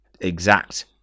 exact